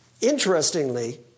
Interestingly